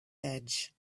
edge